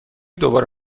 دوباره